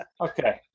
Okay